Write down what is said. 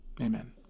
amen